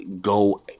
go